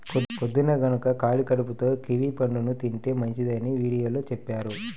పొద్దన్నే గనక ఖాళీ కడుపుతో కివీ పండుని తింటే మంచిదని వీడియోలో చెప్పారు